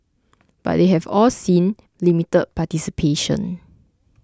but they have all seen limited participation